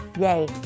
Yay